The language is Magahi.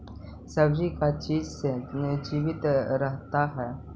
सब्जी का चीज से जीवित रहता है?